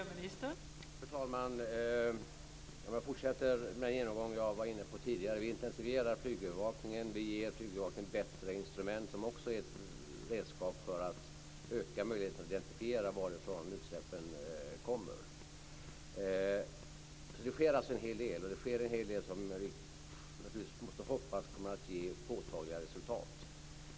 Fru talman! Jag fortsätter den genomgång jag var inne på tidigare. Vi intensifierar flygövervakningen. Vi ger flygövervakningen bättre instrument, vilket också är ett redskap för att öka möjligheten att identifiera varifrån utsläppen kommer. Det sker alltså en hel del, och det sker en hel del som vi naturligtvis måste hoppas kommer att ge påtagliga resultat.